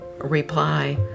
reply